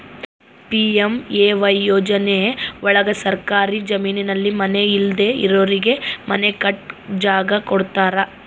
PMAY ಯೋಜನೆ ಒಳಗ ಸರ್ಕಾರಿ ಜಮೀನಲ್ಲಿ ಮನೆ ಇಲ್ದೆ ಇರೋರಿಗೆ ಮನೆ ಕಟ್ಟಕ್ ಜಾಗ ಕೊಡ್ತಾರ